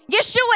Yeshua